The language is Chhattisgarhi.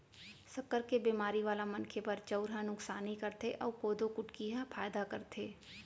सक्कर के बेमारी वाला मनखे बर चउर ह नुकसानी करथे अउ कोदो कुटकी ह फायदा करथे